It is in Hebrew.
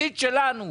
התפקיד שלנו,